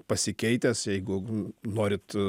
pasikeitęs jeigu norit